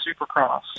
Supercross